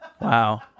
Wow